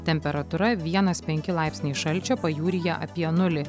temperatūra vienas penki laipsniai šalčio pajūryje apie nulį